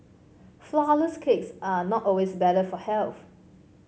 flourless cakes are not always better for health